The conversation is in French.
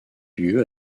lieu